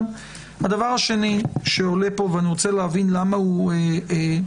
דבר שני שעולה פה, אני רוצה להבין למה הוא מודגש.